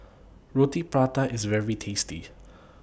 Roti Prata IS very tasty